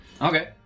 Okay